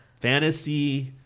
Fantasy